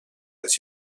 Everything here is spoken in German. als